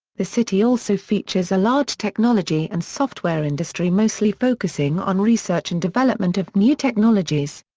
the city also features a large technology and software industry mostly focusing on research and development of new technologies.